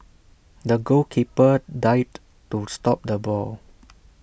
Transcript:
the goalkeeper dived to stop the ball